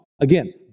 Again